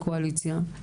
קואליציה.